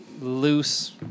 loose